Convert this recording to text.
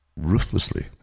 ruthlessly